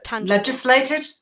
legislated